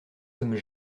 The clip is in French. sommes